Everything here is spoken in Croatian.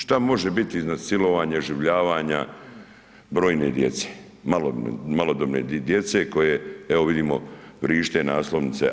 Šta može biti iznad silovanja, iživljavanja brojne djece, malodobne djece koje evo vidimo, vršte naslovnice.